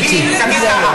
מי ליכוד?